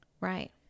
Right